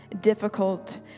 difficult